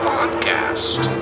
Podcast